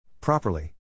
Properly